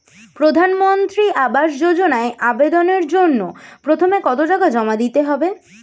প্রধানমন্ত্রী আবাস যোজনায় আবেদনের জন্য প্রথমে কত টাকা জমা দিতে হবে?